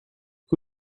who